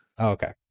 Okay